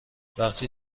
وقتی